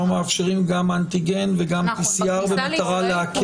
אנחנו מאפשרים גם אנטיגן וגם PCR במטרה להקל.